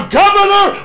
governor